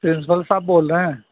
principal صاحب بول رہے ہیں